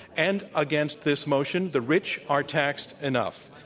and against, this motion the rich are taxed enough.